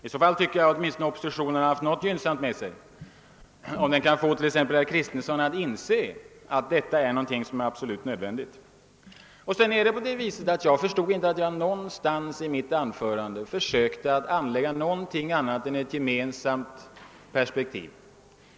I så fall tycker jag att oppositionen åtminstone haft något gynnsamt med sig — den kan måhända få exempelvis herr Kristenson att inse att detta är någonting som är absolut nödvändigt. Jag kan inte förstå att jag någonstans i mitt anförande skulle ha försökt anlägga annat än ett gemensamt perspektiv.